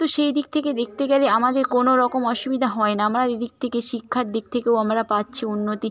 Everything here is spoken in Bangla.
তো সেই দিক থেকে দেখতে গেলে আমাদের কোনো রকম অসুবিধা হয় না আমরা এ দিক থেকে শিক্ষার দিক থেকেও আমরা পাচ্ছি উন্নতি